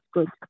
Good